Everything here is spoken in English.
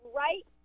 right